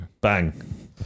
bang